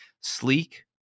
Sleek